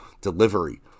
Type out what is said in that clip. delivery